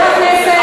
גברתי,